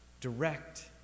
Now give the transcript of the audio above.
direct